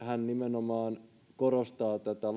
nimenomaan korostaa